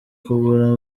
kugura